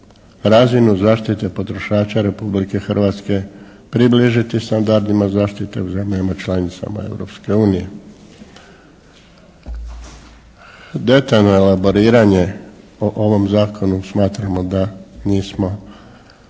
razinu zaštite potrošača Republike Hrvatske približiti standardima zaštite zemljama članicama Europske unije. Detaljno elaboriranje o ovom zakonu smatramo da nismo,